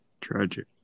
Tragic